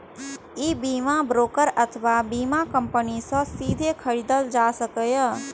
ई बीमा ब्रोकर अथवा बीमा कंपनी सं सीधे खरीदल जा सकैए